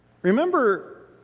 Remember